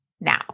now